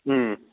ꯎꯝ